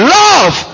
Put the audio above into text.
love